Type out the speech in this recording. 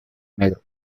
negro